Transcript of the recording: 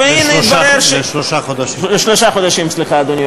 לשלושה חודשים.